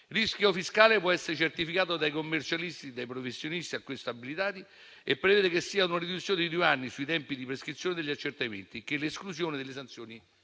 Il rischio fiscale può essere certificato dai commercialisti e dai professionisti a questo abilitati e prevede sia una riduzione di due anni sui tempi di prescrizione degli accertamenti, sia l'esclusione delle sanzioni